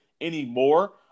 anymore